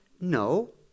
No